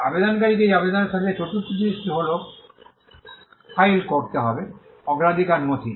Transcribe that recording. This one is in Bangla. আবেদনকারীকে এই আবেদনের সাথে চতুর্থ জিনিসটি ফাইল করতে হবে অগ্রাধিকার নথি